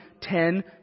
Ten